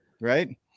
right